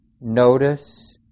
Notice